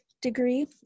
degree